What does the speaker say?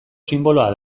sinboloa